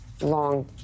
long